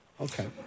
Okay